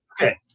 okay